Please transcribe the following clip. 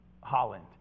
Holland